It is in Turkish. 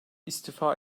istifa